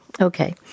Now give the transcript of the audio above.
okay